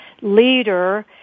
leader